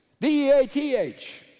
D-E-A-T-H